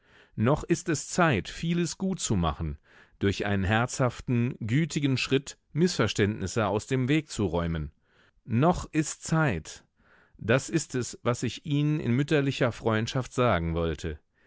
noch ist es zeit vieles gut zu machen durch einen herzhaften gütigen schritt mißverständnisse aus dem weg zu räumen noch ist zeit das ist es was ich ihnen in mütterlicher freundschaft sagen wollte